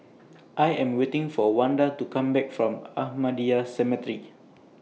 I Am waiting For Wanda to Come Back from Ahmadiyya Cemetery